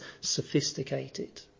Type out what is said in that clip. sophisticated